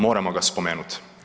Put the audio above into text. Moramo ga spomenuti.